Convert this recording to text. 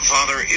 Father